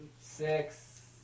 Six